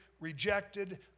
rejected